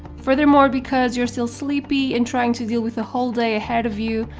furthermore, because you're still sleepy and trying to deal with a whole day ahead of you,